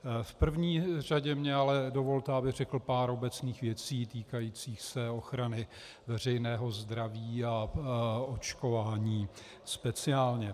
V první řadě mně ale dovolte, abych řekl pár obecných věcí týkajících se ochrany veřejného zdraví a očkování speciálně.